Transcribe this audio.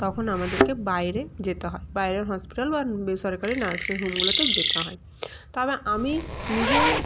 তখন আমাদেরকে বাইরে যেতে হয় বাইরের হসপিটাল বা বেসরকারি নার্সিংহোমগুলোতে যেতে হয় তবে আমি নিজের